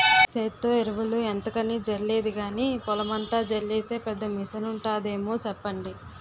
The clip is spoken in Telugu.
సేత్తో ఎరువులు ఎంతకని జల్లేది గానీ, పొలమంతా జల్లీసే పెద్ద మిసనుంటాదేమో సెప్పండి?